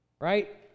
Right